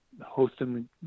hosting